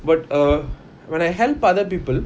but uh when I help other people